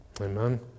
Amen